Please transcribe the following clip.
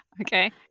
Okay